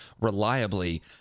reliably